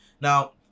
Now